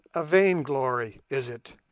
a vainglory is it,